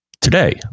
today